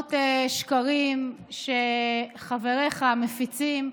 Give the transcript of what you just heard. למרות שקרים שחבריך מפיצים,